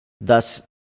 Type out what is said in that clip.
thus